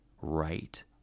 Right